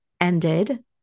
ended